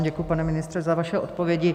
Děkuji, pane ministře, za vaše odpovědi.